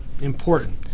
Important